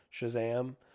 Shazam